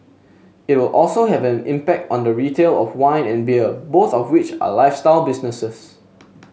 it will also have an impact on the retail of wine and beer both of which are lifestyle businesses